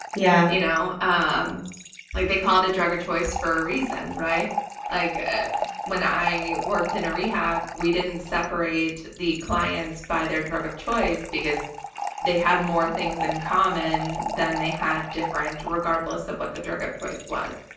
yeah you know um like they call it a drug of choice for a reason. like ah when i worked in a rehab, we didn't separate the clients by their drug of choice because they had more things in common than they had different, regardless of what the drug of choice was.